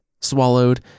swallowed